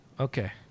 okay